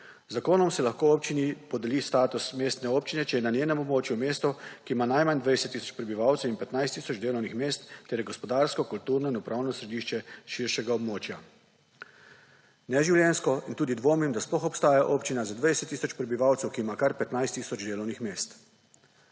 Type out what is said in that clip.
zakonom se lahko občini podeli status mestne občine, če je na njenem območju mesto, ki ima najmanj 20 tisoč prebivalcev in 15 tisoč delovnih mest ter je gospodarsko, kulturno in upravno središče širšega območja. Neživljenjsko in tudi dvomim, da sploh obstaja občina z 20 tisoč prebivalcev, ki ima kar 15 tisoč delovnih mest.